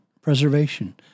preservation